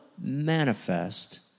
manifest